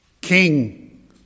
king